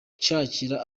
nshakira